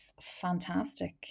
fantastic